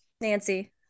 nancy